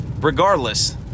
regardless